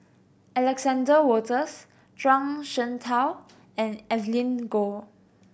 Alexander Wolters Zhuang Shengtao and Evelyn Goh